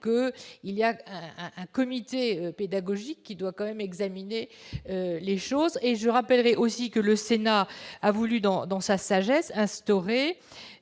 que il y a un comité pédagogique qui doit quand même examiné les choses et je rappellerai aussi que le Sénat a voulu dans dans sa sagesse instauré